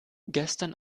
gestern